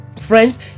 friends